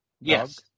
Yes